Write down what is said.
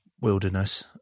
wilderness